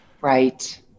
Right